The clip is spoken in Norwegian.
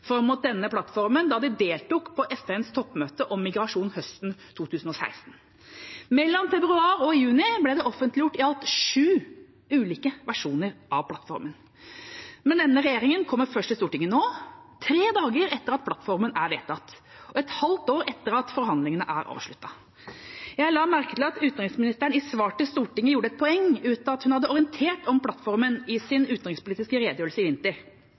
fram mot denne plattformen da de deltok på FNs toppmøte om migrasjon høsten 2016. Mellom februar og juni ble det offentliggjort i alt sju ulike versjoner av plattformen. Men regjeringa kommer først nå til Stortinget, tre dager etter at plattformen er vedtatt og et halvt år etter at forhandlingene er avsluttet. Jeg la merke til at utenriksministeren i svar til Stortinget gjorde et poeng ut av at hun hadde orientert om plattformen i sin utenrikspolitiske redegjørelse i vinter,